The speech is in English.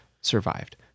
survived